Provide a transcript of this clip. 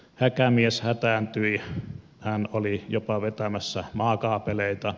häkämies hätääntyi hän oli jopa vetämässä maakaapeleita